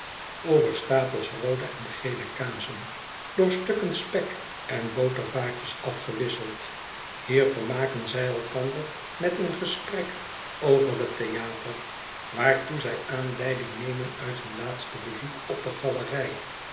over stapels roode en gele kazen door stukken spek en botervaatjes afgewisseld hier vermaken zij elkander met een gesprek over het theater waartoe zij aanleiding nemen uit hun laatste bezoek op de galerij